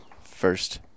First